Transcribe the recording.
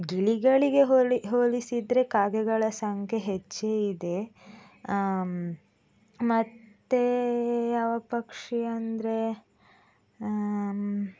ಗಿಳಿಗಳಿಗೆ ಹೋಲಿ ಹೋಲಿಸಿದರೆ ಕಾಗೆಗಳ ಸಂಖ್ಯೆ ಹೆಚ್ಚೇ ಇದೆ ಮತ್ತೆ ಯಾವ ಪಕ್ಷಿ ಅಂದರೆ